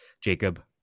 Jacob